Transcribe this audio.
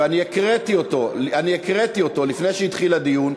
והקראתי אותו לפני שהתחיל הדיון.